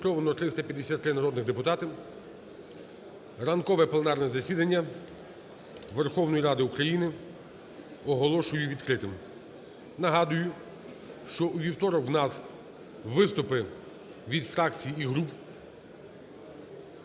Зареєстровано 353 народних депутати. Ранкове пленарне засідання Верховної Ради України оголошую відкритим. Нагадую, що у вівторок у нас виступи від фракцій і груп.